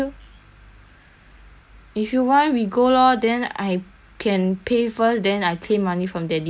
if you want we go lor then I can pay first then I claim money from daddy lor if you want to change your specs also